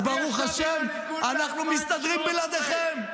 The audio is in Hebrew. אז, ברוך השם, אנחנו מסתדרים בלעדיכם.